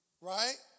right